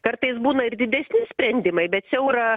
kartais būna ir didesni sprendimai bet siaura